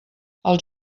els